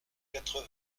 quatre